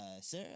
sir